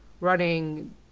running